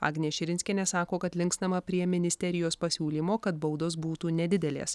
agnė širinskienė sako kad linkstama prie ministerijos pasiūlymo kad baudos būtų nedidelės